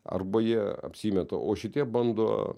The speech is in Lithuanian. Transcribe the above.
arba jie apsimeta o šitie bando